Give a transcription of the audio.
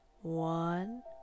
one